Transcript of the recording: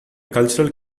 cultural